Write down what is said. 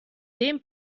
dem